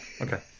okay